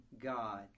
God